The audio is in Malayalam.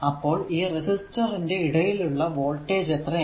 അപ്പോൾ ഈ റെസിസ്റ്റർ ന്റെ ഇടയിൽ ഉള്ള വോൾടേജ് എത്രയാണ്